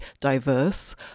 diverse